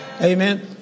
Amen